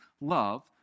love